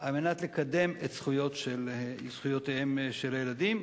על מנת לקדם את זכויותיהם של הילדים.